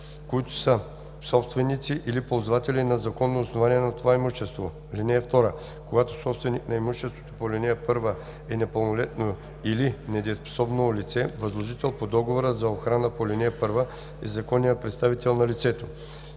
които са собственици или ползватели на законно основание на това имущество. (2) Когато собственик на имуществото по ал. 1 е непълнолетно или недееспособно лице, възложител по договор за охрана по ал. 1 е законният представител на лицето.